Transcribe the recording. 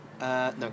No